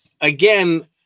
again